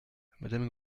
madame